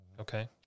Okay